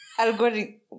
algorithm